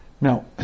Now